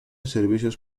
servicios